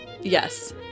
yes